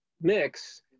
mix